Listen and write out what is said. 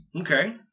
Okay